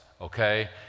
Okay